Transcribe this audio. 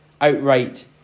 outright